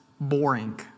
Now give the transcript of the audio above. boring